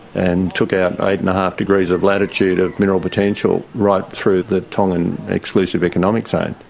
and took out eight and a half degrees of latitude of mineral potential, right through the tongan exclusive economic zone.